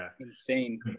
insane